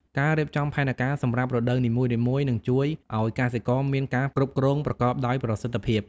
ការរៀបចំផែនការសម្រាប់រដូវនីមួយៗនឹងជួយឲ្យកសិករមានការគ្រប់គ្រងប្រកបដោយប្រសិទ្ធភាព។